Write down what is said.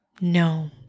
no